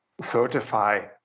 certify